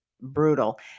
brutal